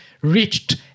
reached